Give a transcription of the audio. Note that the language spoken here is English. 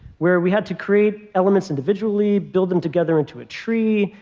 where we had to create elements individually, build them together into a tree,